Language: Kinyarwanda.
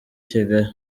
kigali